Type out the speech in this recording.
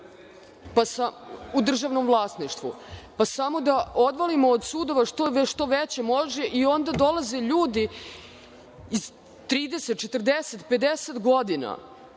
Pa samo da odvalimo od sudova što više može i onda dolaze ljudi od po 30, 40, 50. godina,